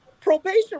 probation